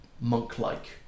monk-like